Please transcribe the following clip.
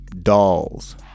dolls